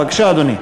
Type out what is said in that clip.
בבקשה, אדוני.